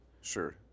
Sure